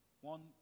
one